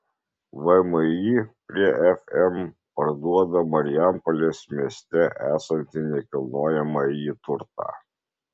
vmi prie fm parduoda marijampolės mieste esantį nekilnojamąjį turtą